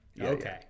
Okay